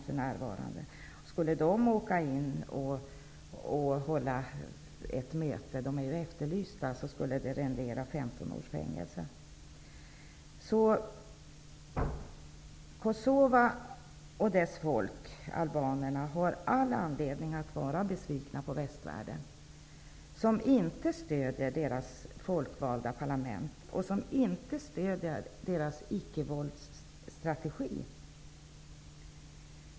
Om de skulle åka in i landet och hålla ett möte skulle det rendera 15 års fängelse, eftersom de är efterlysta. Kosova och dess folk, albanerna, har all anledning att vara besvikna på västvärlden som inte stöder deras folkvalda parlament och deras ickevåldsstrategi.